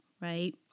right